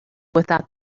without